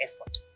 effort